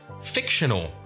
fictional